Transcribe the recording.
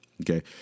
Okay